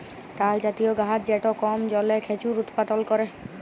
তালজাতীয় গাহাচ যেট কম জলে খেজুর উৎপাদল ক্যরে